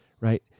right